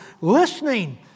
listening